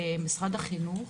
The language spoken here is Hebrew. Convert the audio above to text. ומשרד החינוך,